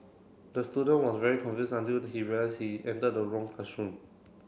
the student was very confused until he realised he entered the wrong classroom